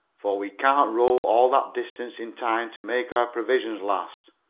for we can't row all that distance in time to make our provisions last.